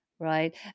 Right